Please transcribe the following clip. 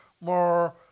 more